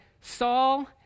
Saul